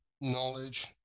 knowledge